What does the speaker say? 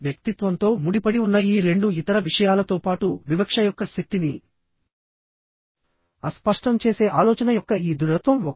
వ్యక్తిత్వంతో ముడిపడి ఉన్న ఈ రెండు ఇతర విషయాలతో పాటు వివక్ష యొక్క శక్తిని అస్పష్టం చేసే ఆలోచన యొక్క ఈ దృఢత్వం ఒకటి